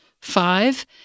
five